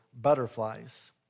butterflies